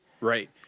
Right